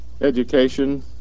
education